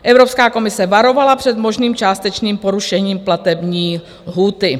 Evropská komise varovala před možným částečným porušením platební lhůty.